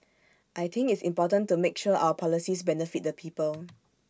I think it's important to make sure our policies benefit the people